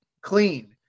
clean